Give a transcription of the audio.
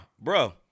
bro